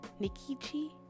Nikichi